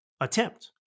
attempt